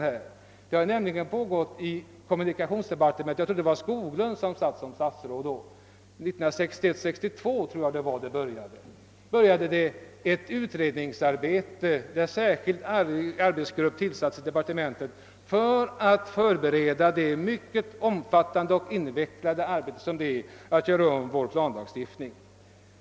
Jag tror att det var år 1962, när Gösta Skoglund var kommunikationsminister, som det inom kommunikationsdepartementet påbörjades ett utredningsarbete, för vilket en särskild arbetsgrupp till-. sattes, i syfte att förbereda den mycket omfattande och invecklade uppgift som en omläggning av vår planlagstiftning innebär.